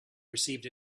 perceived